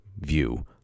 view